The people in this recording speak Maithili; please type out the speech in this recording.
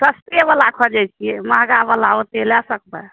सस्ते बला खोजैत छियै महँगा बला ओते लै सकबै